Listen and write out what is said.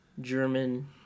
german